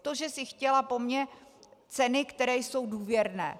To, že jsi chtěla po mně ceny, které jsou důvěrné.